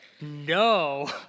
no